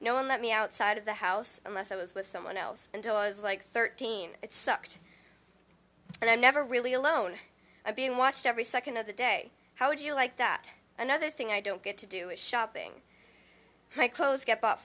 no one let me outside of the house unless i was with someone else until i was like thirteen it sucked and i never really alone i being watched every second of the day how would you like that another thing i don't get to do is shopping my clothes get bought